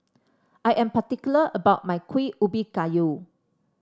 I am particular about my Kuih Ubi Kayu